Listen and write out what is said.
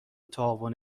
تعاون